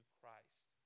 Christ